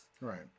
right